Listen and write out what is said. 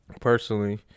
personally